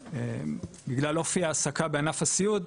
בגלל אופי ההעסקה בענף הסיעוד,